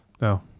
no